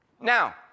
Now